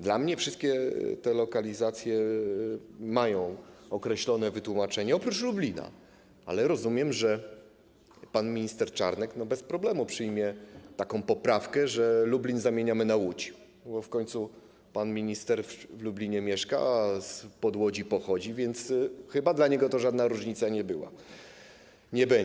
Dla mnie wszystkie te lokalizacje mają określone wytłumaczenie, oprócz Lublina, ale rozumiem, że pan minister Czarnek bez problemu przyjmie taką poprawkę, że Lublin zamieniamy na Łódź, bo w końcu pan minister w Lublinie mieszka, a spod Łodzi pochodzi, więc chyba dla niego to żadna różnica nie będzie.